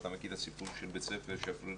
אתה מכיר את הסיפור של בית הספר שפרירים.